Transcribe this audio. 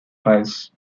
files